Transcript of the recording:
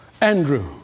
Andrew